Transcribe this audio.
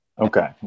Okay